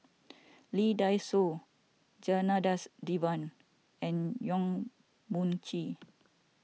Lee Dai Soh Janadas Devan and Yong Mun Chee